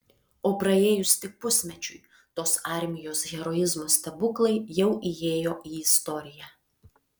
o praėjus tik pusmečiui tos armijos heroizmo stebuklai jau įėjo į istoriją